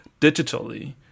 digitally